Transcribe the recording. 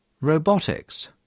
Robotics